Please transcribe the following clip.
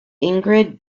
ingrid